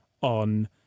on